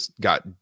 got